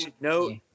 no